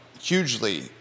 hugely